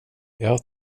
jag